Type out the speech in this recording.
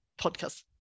podcast